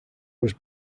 was